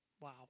Wow